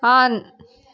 on